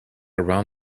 around